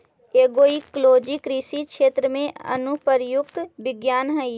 agroecology कृषि क्षेत्र में अनुप्रयुक्त विज्ञान हइ